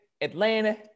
Atlanta